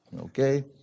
Okay